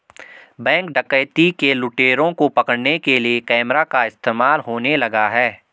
Bank डकैती के लुटेरों को पकड़ने के लिए कैमरा का इस्तेमाल होने लगा है?